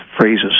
phrases